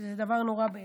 שזה דבר נורא בעיניי.